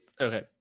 Okay